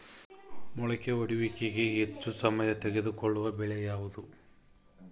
ಮೊಳಕೆ ಒಡೆಯುವಿಕೆಗೆ ಹೆಚ್ಚು ಸಮಯ ತೆಗೆದುಕೊಳ್ಳುವ ಬೆಳೆ ಯಾವುದು?